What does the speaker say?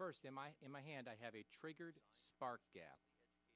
first in my hand i have a triggered spark gap